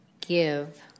give